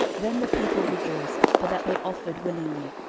then the people rejoiced, for that they offered willingly,